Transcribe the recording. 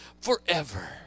forever